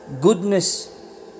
goodness